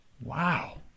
Wow